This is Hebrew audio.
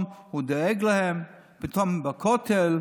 הוא דואג להם פתאום בכותל.